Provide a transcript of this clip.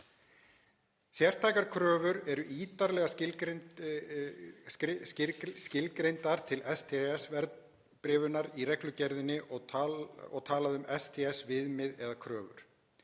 Sértækar kröfur eru ítarlega skilgreindar til STS-verðbréfunar í reglugerðinni og talað um STS-viðmið eða -kröfur.